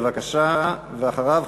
ואחריו,